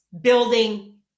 building